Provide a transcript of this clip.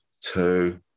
two